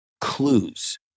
clues